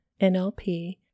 NLP